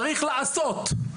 צריך לעשות.